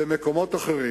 במקומות אחרים,